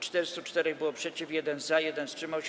404 było przeciw, 1 - za, 1 wstrzymał się.